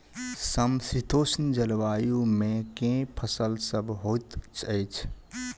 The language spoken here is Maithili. समशीतोष्ण जलवायु मे केँ फसल सब होइत अछि?